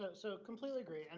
but so completely great. and